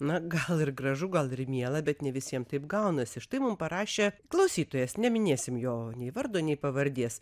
na gal ir gražu gal ir miela bet ne visiem taip gaunasi štai mum parašė klausytojas neminėsim jo nei vardo nei pavardės